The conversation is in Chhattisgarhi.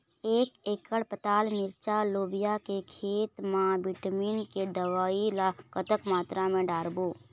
एक एकड़ पताल मिरचा लोबिया के खेत मा विटामिन के दवई ला कतक मात्रा म डारबो?